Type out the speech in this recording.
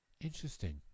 Interesting